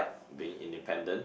being independent